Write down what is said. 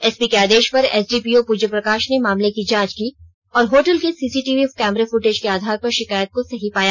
SP के आदेश पर एसडीपीओ पुज्य प्रकाश ने मामले की जांच की और होटल के सीसी टीवी कैमरे फ्टेज के आधार पर शिकायत को सही पाया